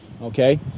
okay